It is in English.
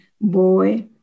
boy